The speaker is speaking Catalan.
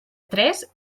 tres